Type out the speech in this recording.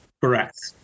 Correct